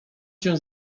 cię